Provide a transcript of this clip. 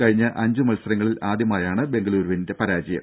കഴിഞ്ഞ അഞ്ച് മത്സരങ്ങളിൽ ആദ്യമായാണ് ബംഗളുരുവിന്റെ പരാജയം